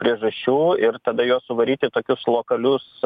priežasčių ir tada juos suvaryti į tokius lokalius